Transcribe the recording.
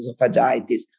esophagitis